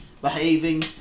behaving